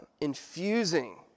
infusing